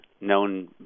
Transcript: known